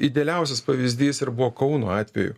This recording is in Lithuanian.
idealiausias pavyzdys ir buvo kauno atveju